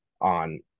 on